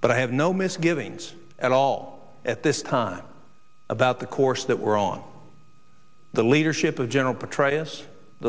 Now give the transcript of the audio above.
but i have no misgivings at all at this time about the course that we're on the leadership of general petraeus the